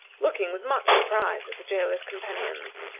looking with much surprise at the jailer's companions,